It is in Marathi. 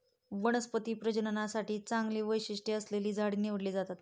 वनस्पती प्रजननासाठी चांगली वैशिष्ट्ये असलेली झाडे निवडली जातात